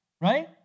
right